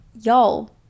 y'all